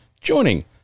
joining